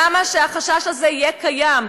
למה שהחשש הזה יהיה קיים?